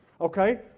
okay